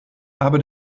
habe